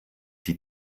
die